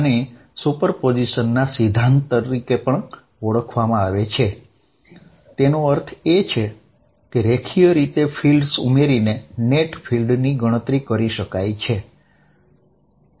આને સુપરપોઝિશન ના સિદ્ધાંત તરીકે પણ ઓળખવામાં આવે છે તેનો અર્થ એ કે રેખીય રીતે ફીલ્ડ્સ ઉમેરીને નેટ ફીલ્ડની ગણતરી કરી શકાય છે